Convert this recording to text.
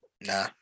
nah